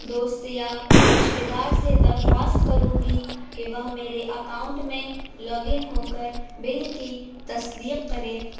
دوست یا رشتہ دار سے درخواست کروں گی کہ وہ میرے اکاؤنٹ میں لاگ ان ہو کر بل کی تصدیق کریں